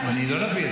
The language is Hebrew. אני לא נביא.